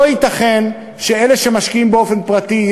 לא ייתכן שאלה שמשקיעים באופן פרטי,